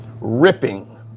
Ripping